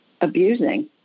abusing